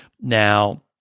Now